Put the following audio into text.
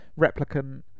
replicant